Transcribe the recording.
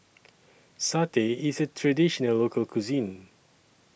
Satay IS A Traditional Local Cuisine